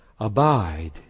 Abide